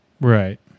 Right